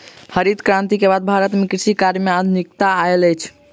हरित क्रांति के बाद भारत में कृषि कार्य में आधुनिकता आयल अछि